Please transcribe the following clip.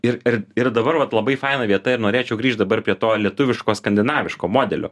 ir ir ir dabar vat labai faina vieta ir norėčiau grįžt dabar prie to lietuviško skandinaviško modelio